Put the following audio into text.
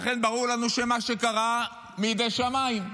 לכן, ברור לנו שמה שקרה הוא מדי שמיים,